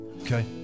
Okay